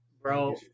bro